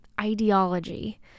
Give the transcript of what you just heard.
ideology